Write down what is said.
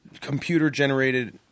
computer-generated